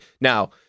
Now